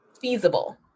feasible